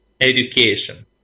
education